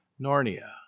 Narnia